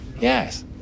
Yes